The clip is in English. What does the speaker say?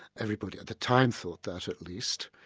everybody at the time thought that at least.